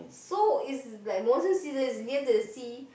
so is like monsoon season is near the sea